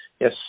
yes